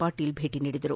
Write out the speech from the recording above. ಪಾಟೀಲ್ ಭೇಟಿ ನೀಡಿದರು